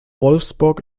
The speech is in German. wolfsburg